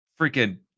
freaking